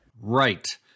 Right